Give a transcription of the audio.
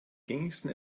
gängigsten